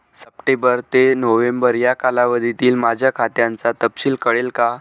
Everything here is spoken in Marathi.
सप्टेंबर ते नोव्हेंबर या कालावधीतील माझ्या खात्याचा तपशील कळेल का?